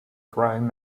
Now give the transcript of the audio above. growing